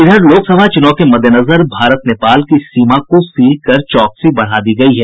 इधर लोकसभा चुनाव के मद्देनजर भारत नेपाल की सीमा को सील कर चौकसी बढ़ा दी गयी है